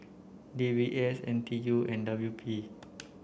D B S N T U and W P